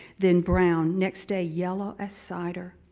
then brown, next day yellow as cider.